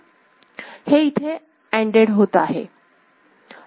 हे इथे अण्डेड होत असते